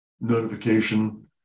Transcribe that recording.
notification